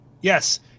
Yes